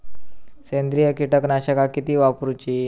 सेंद्रिय कीटकनाशका किती वापरूची?